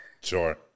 Sure